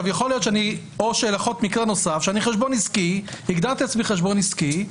יכול להיות מקרה נוסף שאני הגדרתי את עצמי חשבון עסקי,